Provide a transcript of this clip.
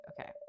Okay